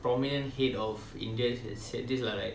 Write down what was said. prominent head of india said this lah like